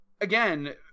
again